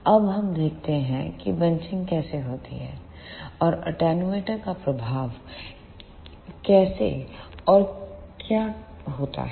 अब हम देखते हैं कि बंचिंग कैसे होती है और एटेन्यूएटर attenuator का प्रभाव कैसे और क्या होता है